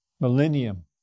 millennium